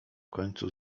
końcu